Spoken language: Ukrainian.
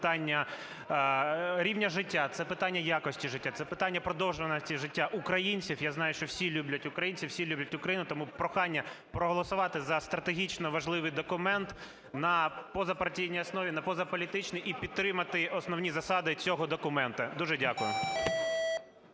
це питання рівня життя, це питання якості життя, це питання продовжуваності життя українців. Я знаю, що всі люблять, українці всі люблять Україну, тому прохання проголосувати за стратегічно важливий документ на позапартійній основі, на позаполітичній, і підтримати основні засади цього документу. Дуже дякую.